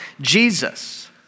Jesus